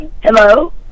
Hello